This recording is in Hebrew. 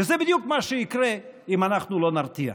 וזה בדיוק מה שיקרה אם אנחנו לא נרתיע.